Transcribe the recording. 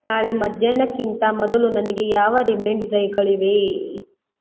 ನಾಳೆ ಮಧ್ಯಾಹ್ನಕ್ಕಿಂತ ಮೊದಲು ನನಗೆ ಯಾವ ರಿಮೈಂಡ್ ಡೈರ್ಗಳಿವೆ